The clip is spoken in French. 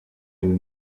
une